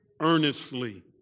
earnestly